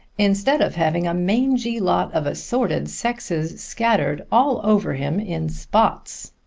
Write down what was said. instead of having a mangy lot of assorted sexes scattered all over him in spots.